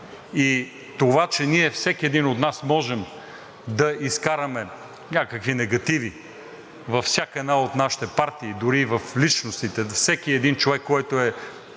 И това, че всеки един от нас може да изкара някакви негативи във всяка една от нашите партии дори и в личностите, и всеки един човек, който е